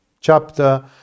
chapter